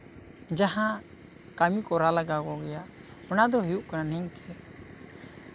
ᱡᱟᱦᱟᱸ ᱠᱟᱹᱢᱤ ᱠᱚᱨᱟ ᱞᱟᱜᱟᱣ ᱦᱩᱭᱩᱜ ᱠᱚ ᱜᱮᱭᱟ ᱚᱱᱟ ᱫᱚ ᱦᱩᱭᱩᱜ ᱠᱟᱱᱟ ᱱᱤᱝᱠᱟᱹ